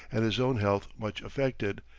and his own health much affected,